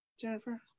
Jennifer